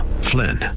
Flynn